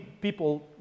people